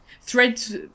Threads